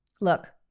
Look